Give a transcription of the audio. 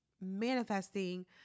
manifesting